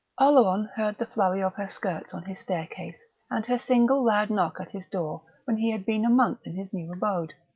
oleron heard the flurry of her skirts on his staircase and her single loud knock at his door when he had been a month in his new abode.